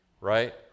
right